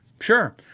Sure